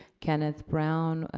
kenneth brown,